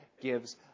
gives